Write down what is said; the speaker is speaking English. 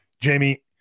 Jamie